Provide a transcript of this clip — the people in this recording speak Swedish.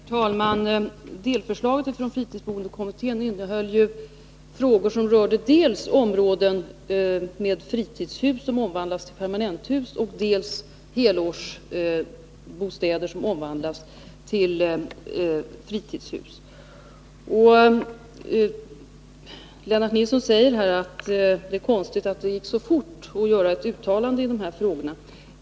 Herr talman! Delförslaget från fritidsboendekommittén innehöll frågor som rörde dels områden med fritidshus som omvandlas till permanenthus, dels helårsbostäder som omvandlas till fritidshus. Lennart Nilsson säger att det är konstigt att det gick så fort att göra ett uttalande i de här frågorna.